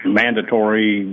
mandatory